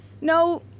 No